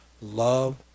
love